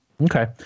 okay